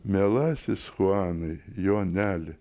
mielasis chuanai joneli